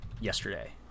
yesterday